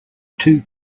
two